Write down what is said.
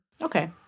Okay